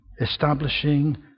establishing